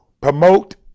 Promote